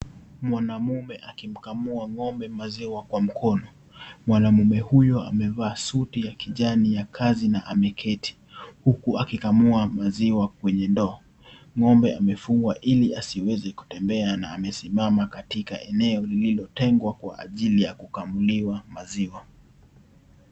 Mwanamume akimkamua ng'ombe maziwa kwa mkono. Mwanamume huyu amevaa suti ya kijani ya kazi na ameketi huku akikamua maziwa kwenye ndoo. Ng'ombe amefungwa ili asiweze kutembea na amesimama katika eneo lililotengwa kwa ajili ya kukamuliwa maziwa.